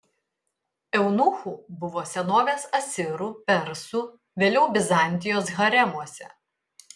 eunuchų buvo senovės asirų persų vėliau bizantijos haremuose